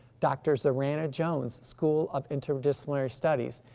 dr. zoranna jones, school of interdisciplinary studies,